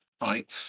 right